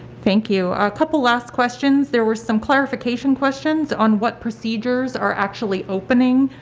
thank you. a couple last questions. there were some clarification questions on what procedures are actually opening,